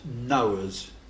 knowers